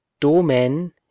Domen